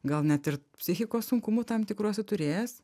gal net ir psichikos sunkumų tam tikrų esu turėjęs